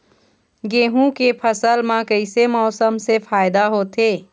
गेहूं के फसल म कइसे मौसम से फायदा होथे?